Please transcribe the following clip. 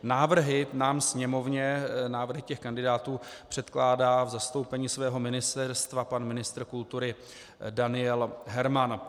Návrhy nám, Sněmovně, návrhy kandidátů, předkládá v zastoupení svého ministerstva pan ministr kultury Daniel Herman.